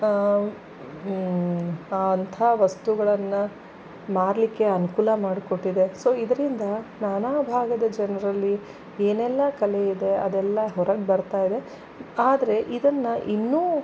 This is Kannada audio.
ಅಂತಹ ವಸ್ತುಗಳನ್ನು ಮಾರಲಿಕ್ಕೆ ಅನುಕೂಲ ಮಾಡಿಕೊಟ್ಟಿದೆ ಸೊ ಇದರಿಂದ ನಾನಾ ಭಾಗದ ಜನರಲ್ಲಿ ಏನೆಲ್ಲ ಕಲೆಯಿದೆ ಅದೆಲ್ಲ ಹೊರಗೆ ಬರ್ತಾಯಿದೆ ಆದರೆ ಇದನ್ನು ಇನ್ನೂ